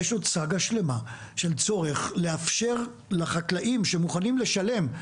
יש עוד סאגה שלמה של צורך לאפשר לחקלאים שמוכנים לשלם,